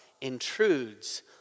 intrudes